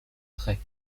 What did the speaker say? traits